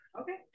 okay